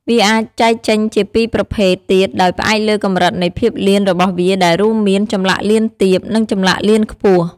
វាអាចចែកចេញជាពីរបីប្រភេទទៀតដោយផ្អែកលើកម្រិតនៃភាពលៀនរបស់វាដែលរួមមាន ចម្លាក់លៀនទាប និងចម្លាក់លៀនខ្ពស់។